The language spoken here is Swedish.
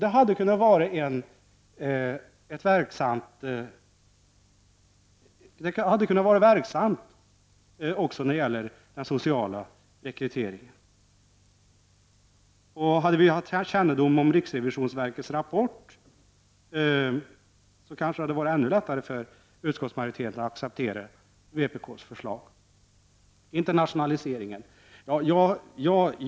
Det hade kunnat vara verksamt också när det gäller den sociala rekryteringen. Hade vi haft ökad kännedom om riksrevisionsverkets rapport, kanske det hade varit lättare för utskottsmajoriteten att acceptera vpk:s förslag. Så några ord om internationaliseringen.